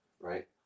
right